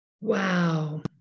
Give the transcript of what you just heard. Wow